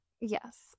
Yes